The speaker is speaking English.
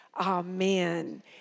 Amen